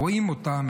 רואים אותם,